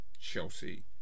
Chelsea